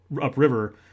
upriver